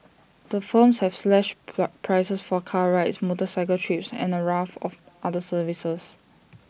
the firms have slashed prices for car rides motorcycle trips and A raft of other services